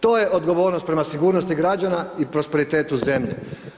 To je odgovornost prema sigurnosti građana i prosperitetu zemlje.